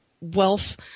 wealth